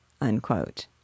unquote